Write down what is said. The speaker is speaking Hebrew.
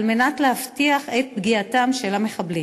על מנת להבטיח את פגיעתם של המחבלים.